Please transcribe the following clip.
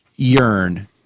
Yearn